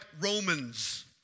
Romans